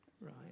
Right